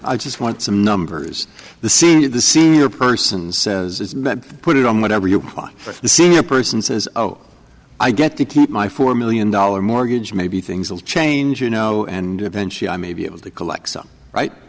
i just want some numbers the senior the senior person says is met put it on whatever you like for the senior person says oh i get to keep my four million dollar mortgage maybe things will change you know and eventually i may be able to collect some right